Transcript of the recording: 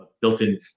built-in